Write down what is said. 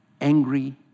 angry